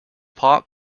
park